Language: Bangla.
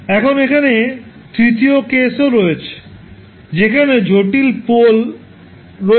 এখন এখানে তৃতীয় কেসও আছে যেখানে জটিল পোল রয়েছে